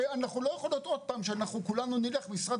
לא יכול להיות עוד פעם שאנחנו כולנו נלך למשרד